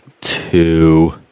two